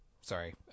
Sorry